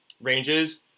ranges